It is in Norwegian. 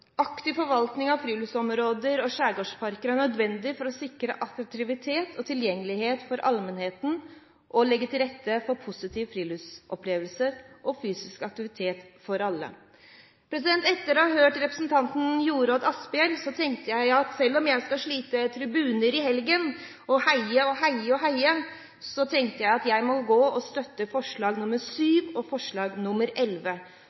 Aktiv forvaltning av friluftsområder og skjærgårdsparker er nødvendig for å sikre attraktivitet og tilgjengelighet for allmennheten og legge til rette for positive friluftsopplevelser og fysisk aktivitet for alle. Etter å ha hørt representanten Jorodd Asphjell tenkte jeg at selv om jeg skal slite tribuner i helgen og heie og heie og heie, må jeg støtte forslagene nr. 7 og nr. 11, der det tas opp at vi må